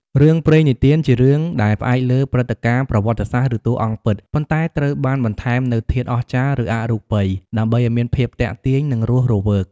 រឿងព្រេងនិទានជារឿងដែលផ្អែកលើ ព្រឹត្តិការណ៍ប្រវត្តិសាស្ត្រ ឬ តួអង្គពិត ប៉ុន្តែត្រូវបានបន្ថែមនូវធាតុ អស្ចារ្យ ឬ អរូបី ដើម្បីឲ្យមានភាពទាក់ទាញ និងរស់រវើក ។